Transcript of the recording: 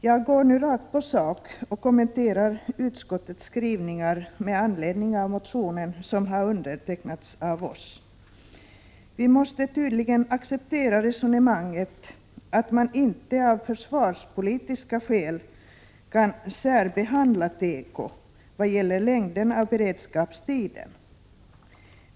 Jag går nu rakt på sak och kommenterar utskottets skrivningar med anledning av den motion som har undertecknats av oss. Vi måste tydligen acceptera resonemanget att man inte av försvarspolitiska skäl kan särbehandla teko i vad gäller längden på beredskapstiden.